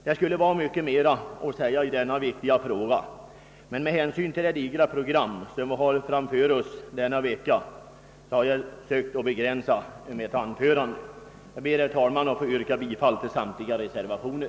Det skulle vara mycket mer att säga i denna viktiga fråga, men med hänsyn till det digra program som vi har framför oss denna vecka har jag sökt begränsa ' mitt anförande. Jag ber att få yrka bifall till samtliga reservationer.